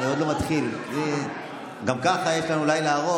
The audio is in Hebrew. חבר הכנסת אמסלם.